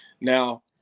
Now